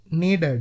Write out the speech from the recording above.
needed